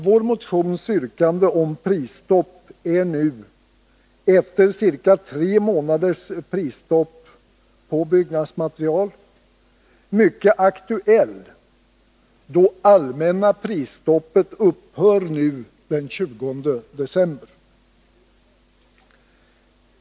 Vår motions yrkande om prisstopp är nu, efter ca tre månaders prisstopp på byggnadsmaterial, mycket aktuellt, då det allmänna prisstoppet upphör den 20 december.